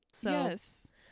Yes